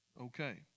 okay